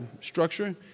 structure